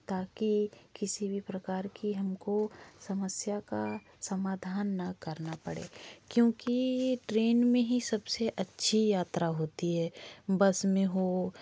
ताकि किसी भी प्रकार की हमको समस्या का समाधान न करना पड़े क्योंकि ट्रेन में ही सबसे अच्छी यात्रा होती है बस में हो